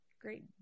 great